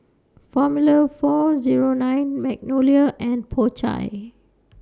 Formula four Zero nine Magnolia and Po Chai